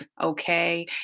okay